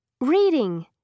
Reading